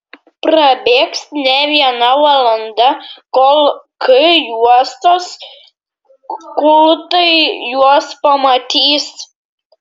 prabėgs ne viena valanda kol k juostos gultai juos pamatys